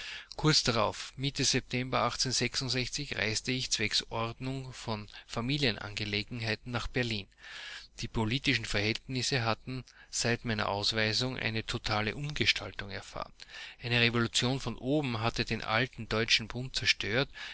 kurz darauf miet reiste ich zwecks ordnung von familienangelegenheiten nach berlin die politischen verhältnisse hatten seit meiner ausweisung eine totale umgestaltung erfahren eine revolution von oben hatte den alten deutschen bund